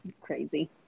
Crazy